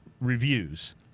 reviews